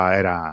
era